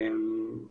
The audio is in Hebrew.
אנחנו